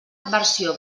versió